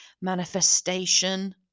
manifestation